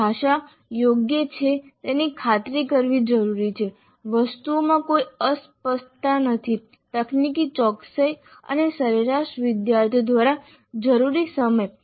ભાષા યોગ્ય છે તેની ખાતરી કરવી જરૂરી છે વસ્તુઓમાં કોઈ અસ્પષ્ટતા નથી તકનીકી ચોકસાઈ અને સરેરાશ વિદ્યાર્થી દ્વારા જરૂરી સમય